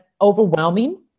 overwhelming